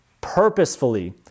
purposefully